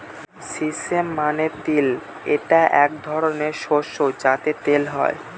sesame মানে তিল এটা এক ধরনের শস্য যাতে তেল হয়